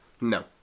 no